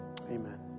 Amen